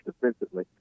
defensively